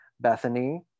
Bethany